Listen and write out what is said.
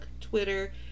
Twitter